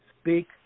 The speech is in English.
speak